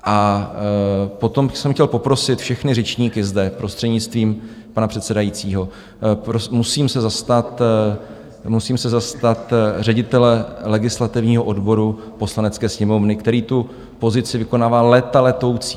A potom jsem chtěl poprosit všechny řečníky zde, prostřednictvím pana předsedajícího, musím se zastat ředitele legislativního odboru Poslanecké sněmovny, který tu pozici vykonává léta letoucí.